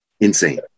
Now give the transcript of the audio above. insane